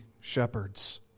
shepherds